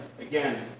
Again